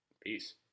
peace